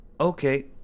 Okay